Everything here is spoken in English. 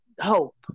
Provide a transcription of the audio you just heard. Hope